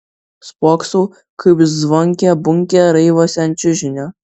spoksau kaip zvonkė bunkė raivosi ant čiužinio